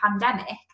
pandemic